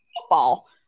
football